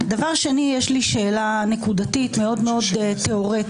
דבר שני, יש לי שאלה נקודתית מאוד מאוד תיאורטית.